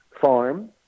farm